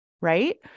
right